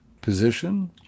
position